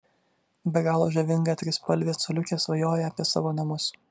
be galo žavinga trispalvė coliukė svajoja apie savo namus